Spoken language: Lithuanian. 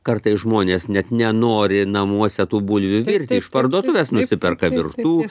kartais žmonės net nenori namuose tų bulvių virti iš parduotuvės nusiperka virtų